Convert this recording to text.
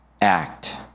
act